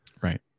Right